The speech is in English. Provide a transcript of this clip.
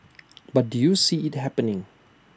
but do you see IT happening